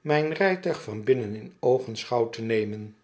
mijn rijtuig van binnen in oogenschouw te nemen